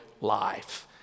life